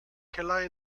keller